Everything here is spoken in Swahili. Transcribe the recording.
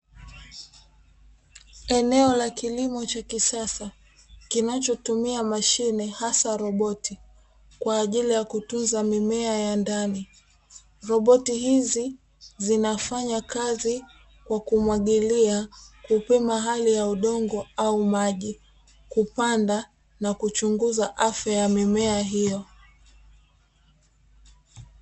Eneo la kilimo cha kisasa, kinachotumia mashine hasa roboti kwa ajili ya kutunza mimea ya ndani, roboti hizi zinafanya kazi kwa kumwagilia, kupima hali ya udongo au maji, kupanda na kuchunguza afya ya mimea hiyo.